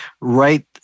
right